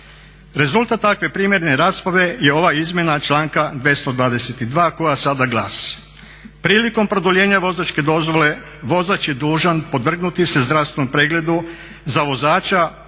Rezultat takve primjerne rasprave je ova izmjena članka 222.koja sada glasi, prilikom produljenja vozačke dozvole vozač je dužan podvrgnuti se zdravstvenom pregledu za vozača